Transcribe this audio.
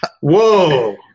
Whoa